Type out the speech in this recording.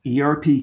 ERP